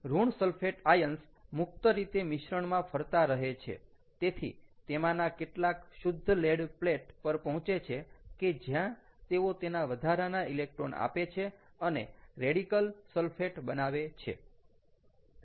ઋણ sulphate ions મુક્ત રીતે મિશ્રણમાં ફરતા રહે છે તેથી તેમાંના કેટલાક શુદ્ધ લેડ પ્લેટ પર પહોંચે છે કે જ્યાં તેઓ તેના વધારાના ઇલેક્ટ્રોન આપે છે અને રેડિકલ સલ્ફેટ બનાવે છે